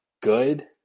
good